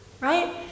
right